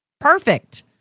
perfect